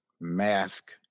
mask